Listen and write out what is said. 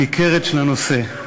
תנשום, הניכרת של הנושא.